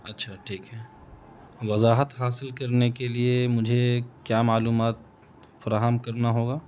اچھا ٹھیک ہے وضاحت حاصل کرنے کے لیے مجھے کیا معلومات فراہم کرنا ہوگا